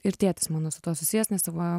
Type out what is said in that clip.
ir tėtis mano su tuo susijęs nes abu